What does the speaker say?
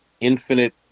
infinite